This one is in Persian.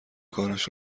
کارش